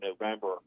November